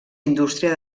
indústria